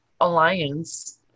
alliance